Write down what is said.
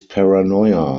paranoia